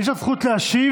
יש לך זכות להשיב,